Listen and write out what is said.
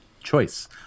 Choice